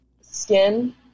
skin